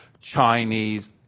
Chinese